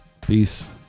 Peace